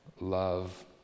Love